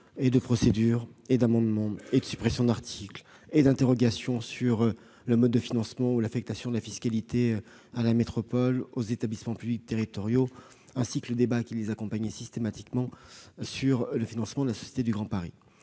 de procédure- les amendements et les suppressions d'articles -, les interrogations sur le mode de financement, sur l'affectation de la fiscalité à la métropole, aux établissements publics territoriaux, ainsi que les discussions qui les accompagnaient systématiquement sur le financement de la Société du Grand Paris.